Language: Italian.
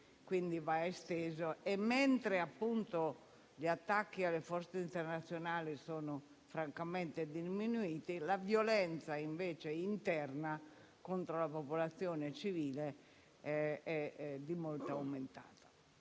quindi va esteso. Inoltre, mentre gli attacchi alle forze internazionali sono diminuiti, la violenza interna contro la popolazione civile è di molto aumentata.